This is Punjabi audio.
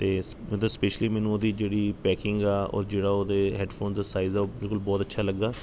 ਅਤੇ ਸ ਉਹਦਾ ਸਪੈਸ਼ਿਲੀ ਮੈਨੂੰ ਉਹਦੀ ਜਿਹੜੀ ਪੈਕਿੰਗ ਆ ਔਰ ਜਿਹੜਾ ਉਹਦੇ ਹੈਡਫੋਨ ਦਾ ਸਾਈਜ਼ ਹੈ ਉਹ ਬਿਲਕੁਲ ਬਹੁਤ ਅੱਛਾ ਲੱਗਾ